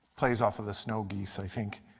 plays off of the snow geese i think.